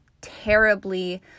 terribly